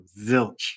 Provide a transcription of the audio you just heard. Zilch